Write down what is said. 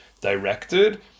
directed